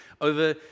over